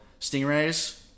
Stingrays